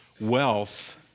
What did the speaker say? wealth